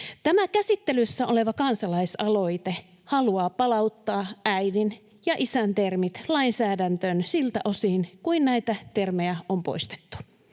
Tämä käsittelyssä oleva kansalaisaloite haluaa palauttaa äidin ja isän termit lainsäädäntöön siltä osin kuin näitä termejä on poistettu.